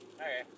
Okay